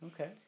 Okay